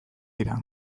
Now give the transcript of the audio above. dira